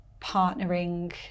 partnering